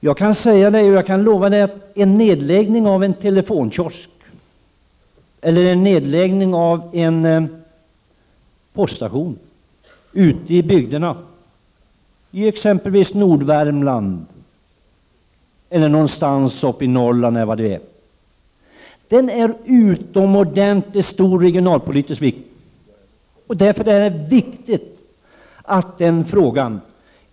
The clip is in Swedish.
Jag kan lova att en nedläggning av en telefonkiosk eller en nedläggning av en poststation ute i bygderna — exempelvis i Nordvärmland eller någonstans i Norrland — är utomordentligt viktig från regionalpolitisk synpunkt.